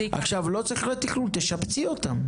לא צריך רה תכנון תשפצי אותם.